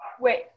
Wait